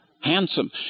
handsome